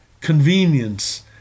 convenience